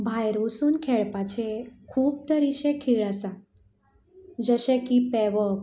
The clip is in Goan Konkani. भायर वचून खेळपाचें खूब तरेचे खेळ आसा जशें की पेंवप